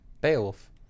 Beowulf